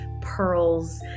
pearls